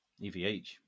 EVH